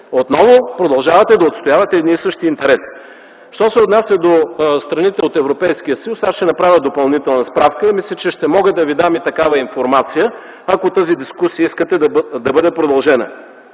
отново продължавате да отстоявате едни и същи интереси. Що се отнася до страните от Европейския съюз, аз ще направя допълнителна справка и мисля, че ще мога да ви дам и такава информация, ако искате тази дискусия да бъде продължена.